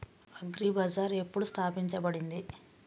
Agri Bazaar ఎప్పుడు స్థాపించబడింది?